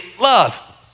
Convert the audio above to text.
love